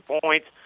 points